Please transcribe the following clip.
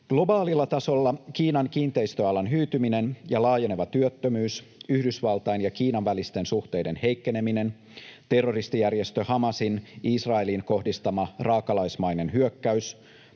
Globaalilla tasolla Kiinan kiinteistöalan hyytyminen ja laajeneva työttömyys, Yhdysvaltain ja Kiinan välisten suhteiden heikkeneminen, terroristijärjestö Hamasin Israeliin kohdistama raakalaismainen hyökkäys,